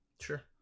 Sure